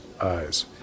eyes